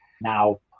now